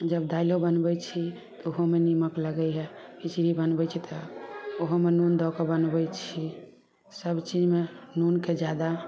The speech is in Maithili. जब दाइलो बनबै छी तऽ ओहोमे निमक लगै हइ खिचड़ी बनबै छी तऽ ओहोमे नून दऽ कऽ बनबै छी सभचीजमे नूनके ज्यादा